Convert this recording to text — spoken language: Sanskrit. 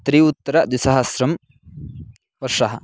त्रि उत्तरद्विसहस्रवर्षः